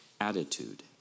attitude